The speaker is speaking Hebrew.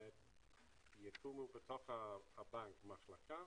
תקום בתוך הבנק מחלקה